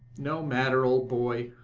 no matter, old boy.